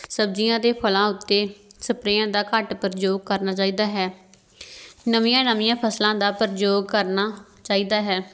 ਸਬਜ਼ੀਆਂ ਅਤੇ ਫਲਾਂ ਉੱਤੇ ਸਪਰੇਆਂ ਦਾ ਘੱਟ ਪ੍ਰਯੋਗ ਕਰਨਾ ਚਾਹੀਦਾ ਹੈ ਨਵੀਆਂ ਨਵੀਆਂ ਫਸਲਾਂ ਦਾ ਪ੍ਰਯੋਗ ਕਰਨਾ ਚਾਹੀਦਾ ਹੈ